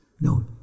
No